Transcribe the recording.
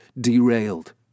derailed